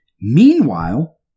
Meanwhile